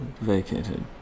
vacated